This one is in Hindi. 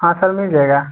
हाँ सर मिल जाएगा